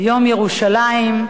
יום ירושלים.